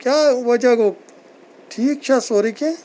کیٛاہ وجہ گوٚو ٹھیٖک چھا سورُے کینٛہہ